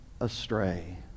astray